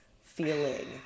feeling